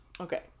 Okay